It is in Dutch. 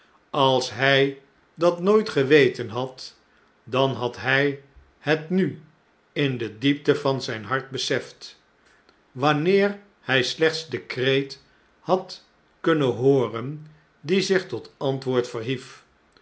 als hij dat nooit geweten had dan had hjj het nu in de diepte van zn'n hart beseft wanneer hij slechts den kreet had kunnen hooren die zich tot antwoord